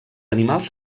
animals